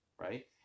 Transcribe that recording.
right